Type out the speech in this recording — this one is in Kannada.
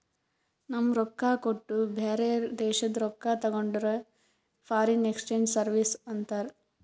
ನಮ್ ರೊಕ್ಕಾ ಕೊಟ್ಟು ಬ್ಯಾರೆ ದೇಶಾದು ರೊಕ್ಕಾ ತಗೊಂಡುರ್ ಫಾರಿನ್ ಎಕ್ಸ್ಚೇಂಜ್ ಸರ್ವೀಸ್ ಅಂತಾರ್